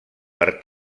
per